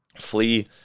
flee